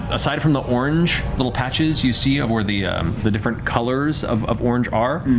aside from the orange little patches you see of where the the different colors of of orange are,